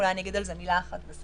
אולי אגיד על זה מילה אחת בסוף.